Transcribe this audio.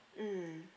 mm